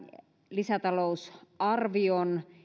lisätalousarvion